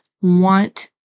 want